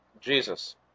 Jesus